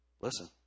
listen